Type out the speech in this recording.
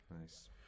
Nice